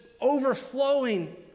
overflowing